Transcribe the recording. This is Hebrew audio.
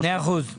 אני